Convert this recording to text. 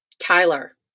Tyler